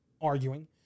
arguing